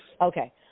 Okay